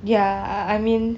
ya uh I mean